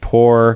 Poor